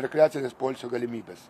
rekreacinės poilsio galimybės